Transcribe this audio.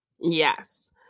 yes